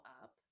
up